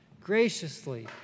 graciously